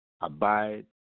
abide